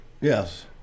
yes